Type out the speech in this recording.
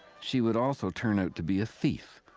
she would also turn out to be a thief,